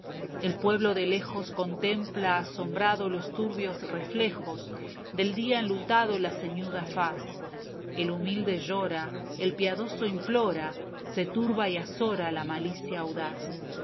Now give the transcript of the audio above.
el pueblo de lejos contempla asombrado los turbios reflejos del día enlutado i la cautiva la ceñuda faz el humilde llora el piadoso implora se turba y azora la malicia audaz